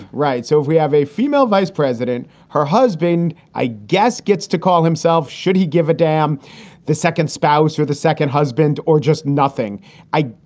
right. so if we have a female vice president, her husband, i guess, gets to call himself, should he give a damn the second spouse or the second husband or just nothing i.